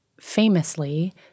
famously